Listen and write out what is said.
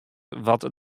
wat